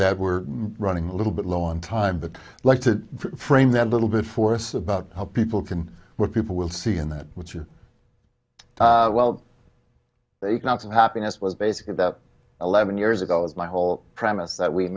that we're running a little bit low on time but like to frame that little bit force about how people can what people will see in that which are well the economics of happiness was basically about eleven years ago as my whole premise that we